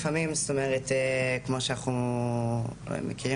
כמו שאנחנו מכירים